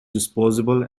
disposable